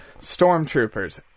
Stormtroopers